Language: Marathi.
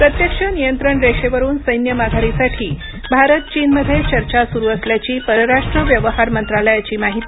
प्रत्यक्ष नियंत्रण रेषेवरून सैन्य माघारीसाठी भारत चीनमध्ये चर्चा सुरू असल्याची परराष्ट्र व्यवहार मंत्रालयाची माहिती